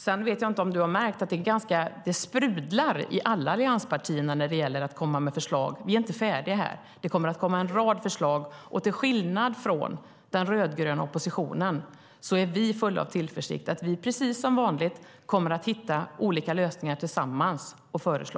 Sedan vet jag inte om du har märkt att det sprudlar i alla allianspartier när det gäller att komma med förslag. Vi är inte färdiga. Det kommer att komma en rad förslag. Till skillnad från den rödgröna oppositionen är vi fulla av tillförsikt när det gäller att vi precis som vanligt kommer att hitta olika lösningar tillsammans att föreslå.